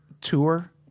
tour